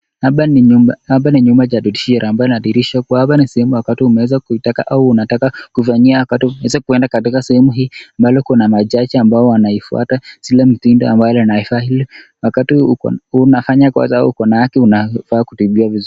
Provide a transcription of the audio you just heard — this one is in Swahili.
Hapa ni nyumba, hapa ni nyumba ya judiciary ambayo inadhihirisha kuwa hapa ni sehemu wakati unaweza kuitaka au unataka kufanyia wakati unaweza kwenda katika sehemu hii, ambalo kuna majaji ambao wanaifuata zile mitindo ambayo inastahili. Wakati unafanya kosa au uko na haki unafaa kutibiwa vizuri.